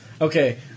Okay